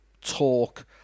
talk